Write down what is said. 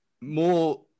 more